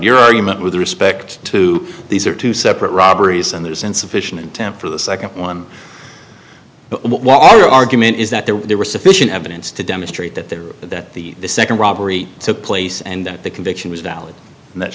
your argument with respect to these are two separate robberies and there's insufficient temp for the second one while our argument is that there was sufficient evidence to demonstrate that they were but that the second robbery took place and that the conviction was valid